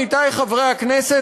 עמיתי חברי הכנסת,